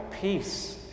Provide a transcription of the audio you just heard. peace